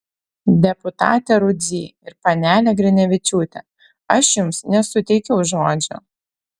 deputate rudzy ir panele grinevičiūte aš jums nesuteikiau žodžio